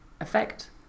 effect